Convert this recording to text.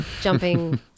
jumping